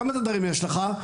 כמה תדרים יש לך?